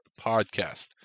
podcast